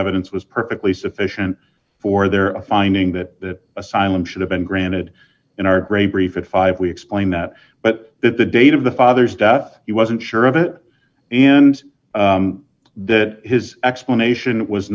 evidence was perfectly sufficient for their finding that the asylum should have been granted in our great grief of five we explain that but that the date of the father's death he wasn't sure of it and that his explanation was